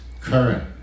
current